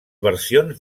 versions